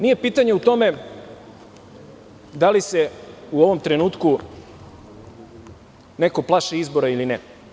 Nije pitanje u tome da li se u ovom trenutku neko plaši izbora ili ne.